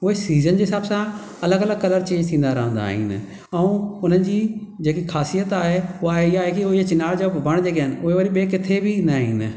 उहे सीज़न जे हिसाब सां अलॻि अलॻि कलर चेंज थींदा रहंदा आहिनि ऐं हुननि जी जेकी ख़ासियत आहे उहा इहा आहे कि उहे चेनार जा वण जेके आहिनि उहे वरी ॿिए किथे बि न आहिनि